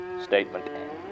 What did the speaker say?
Statement